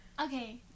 Okay